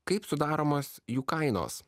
kaip sudaromos jų kainos